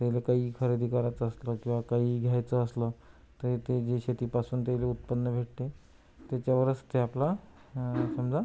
त्येइले काही खरेदी करायचं असलं किंवा काही घ्यायचं असलं तरी ते जे शेतीपासून त्याइले उत्पन्न भेटते त्याच्यावरच ते आपला समजा